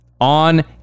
on